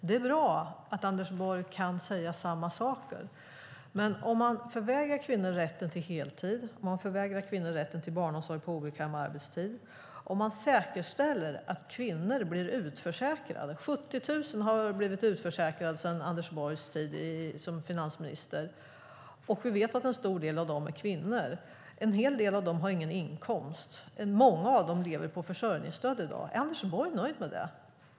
Det är bra att Anders Borg kan säga samma saker. Men man förvägrar kvinnor rätten till heltid. Man förvägrar kvinnor rätten till barnomsorg på obekväm arbetstid. Man säkerställer att kvinnor blir utförsäkrade. 70 000 har blivit utförsäkrade under Anders Borgs tid som finansminister, och vi vet att en stor del av dem är kvinnor. En hel del av dem har ingen inkomst. Många av dem lever på försörjningsstöd i dag. Är Anders Borg nöjd med det?